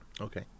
Okay